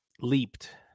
leaped